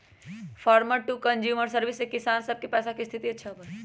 farmer to consumer service से किसान सब के पैसा के स्थिति अच्छा होबा हई